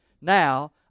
now